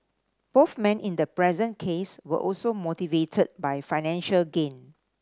both men in the present case were also motivated by financial gain